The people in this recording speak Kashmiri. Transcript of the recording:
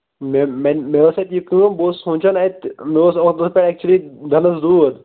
مےٚ ٲس اَتہِ یہِ کٲم بہٕ اوسُس سوچان اَتہِ مےٚ اوس اوٗترٕ تہِ ایٚکچُؤلی دنٛدَس دود